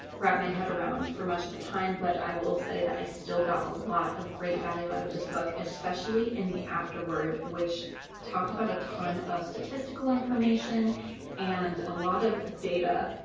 wrap my head around for much of the time. but i will say that i still got a lot of great value out of this book, especially in the afterword, which talked about a ton of statistical information and a lot of data.